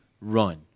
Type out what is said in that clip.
run